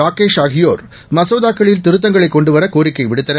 ராகேஷ்ஆகியோர்ம சோதாக்களில்திருத்தங்களைகொண்டுவரகோரிக்கைவிடுத் தனர்